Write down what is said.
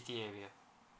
area